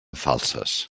falses